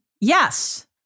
Yes